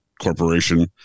corporation